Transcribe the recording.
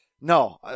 no